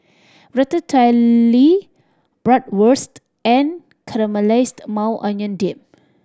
Ratatouille Bratwurst and Caramelized Maui Onion Dip